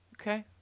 Okay